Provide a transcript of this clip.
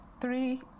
three